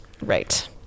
right